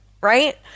right